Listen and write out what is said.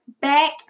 back